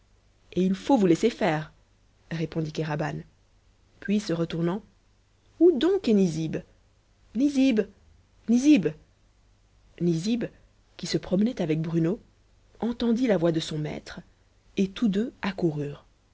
et il faut vous laisser faire répondit kéraban puis se retournant où donc est nizib nizib nizib nizib qui se promenait avec bruno entendit la voix de son maître et tous deux